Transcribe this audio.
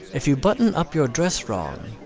if you button up your dress wrong,